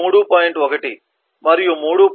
1 మరియు 3